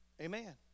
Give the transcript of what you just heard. Amen